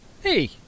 Hey